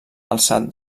alçat